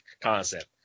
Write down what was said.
concept